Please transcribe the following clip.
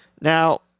now